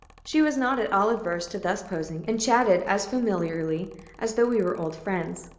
she was not at all averse to thus posing, and chatted as familiarly as though we were old friends.